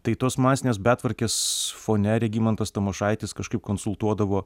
tai tos masinės betvarkės fone regimantas tamošaitis kažkaip konsultuodavo